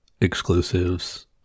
exclusives